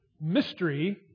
mystery